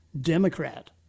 Democrat